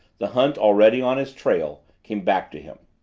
the hunt already on his trail, came back to him.